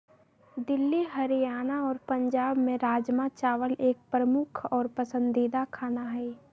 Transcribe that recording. दिल्ली हरियाणा और पंजाब में राजमा चावल एक प्रमुख और पसंदीदा खाना हई